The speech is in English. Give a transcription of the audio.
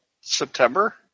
September